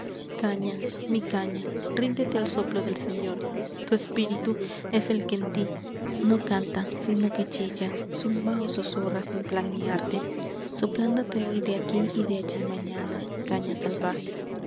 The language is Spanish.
caña mi caña ríndete al soplo del señor tu espí'itu es el que en tí no canta sino que chilla zumba o susurra sin plan ni arte soplándote hoy de aquí y de am mañana caña salvaje